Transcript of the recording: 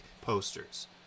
posters